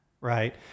Right